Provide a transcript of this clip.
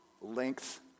Length